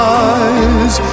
eyes